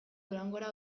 durangora